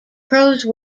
prose